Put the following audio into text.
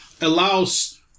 allows